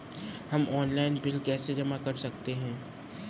हम online bill कैसे जमा कर सकते हैं?